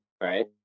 right